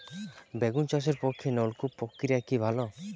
বেগুন চাষের পক্ষে নলকূপ প্রক্রিয়া কি ভালো?